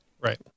right